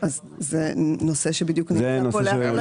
זה נושא שבדיוק פה להחלטה.